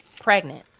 pregnant